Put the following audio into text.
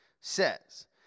says